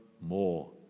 more